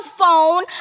phone